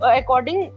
according